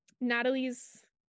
Natalie's